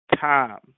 time